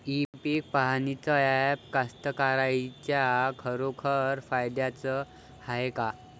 इ पीक पहानीचं ॲप कास्तकाराइच्या खरोखर फायद्याचं हाये का?